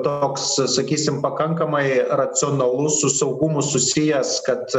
toks sakysim pakankamai racionalus su saugumu susijęs kad